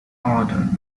order